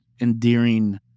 endearing